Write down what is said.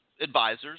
advisors